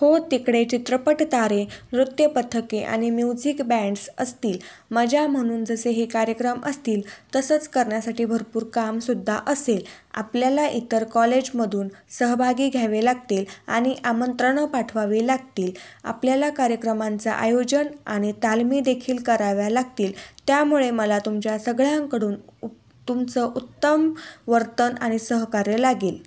हो तिकडे चित्रपट तारे नृत्यपथके आणि म्युझिक बँड्स असतील मजा म्हणून जसे हे कार्यक्रम असतील तसंच करण्यासाठी भरपूर कामसुद्धा असेल आपल्याला इतर कॉलेजमधून सहभागी घ्यावे लागतील आणि आमंत्रणं पाठवावी लागतील आपल्याला कार्यक्रमांचं आयोजन आणि तालमीदेखील कराव्या लागतील त्यामुळे मला तुमच्या सगळ्यांकडून उ तुमचं उत्तम वर्तन आणि सहकार्य लागेल